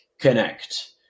connect